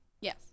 Yes